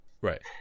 right